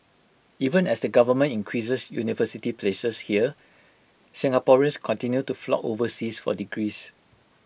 even as the government increases university places here Singaporeans continue to flock overseas for degrees